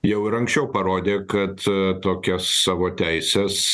jau ir anksčiau parodė kad tokias savo teises